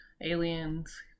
aliens